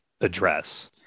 address